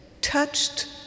touched